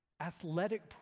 Athletic